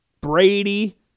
Brady